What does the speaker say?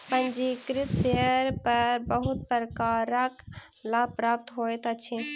पंजीकृत शेयर पर बहुत प्रकारक लाभ प्राप्त होइत अछि